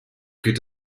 geht